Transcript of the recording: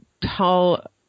tell